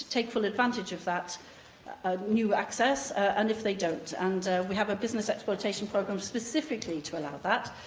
take full advantage of that new access and if they don't, and we have a business exploitation programme specifically to allow that.